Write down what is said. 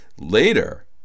Later